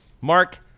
Mark